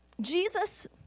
Jesus